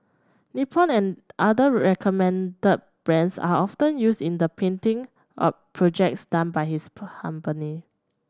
Nippon and other recommended brands are often used in the painting projects done by his company